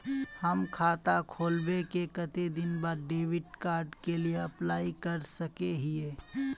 हम खाता खोलबे के कते दिन बाद डेबिड कार्ड के लिए अप्लाई कर सके हिये?